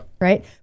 Right